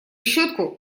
щетку